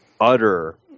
utter